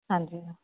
ਹਾਂਜੀ